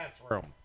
classroom